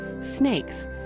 snakes